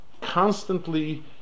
constantly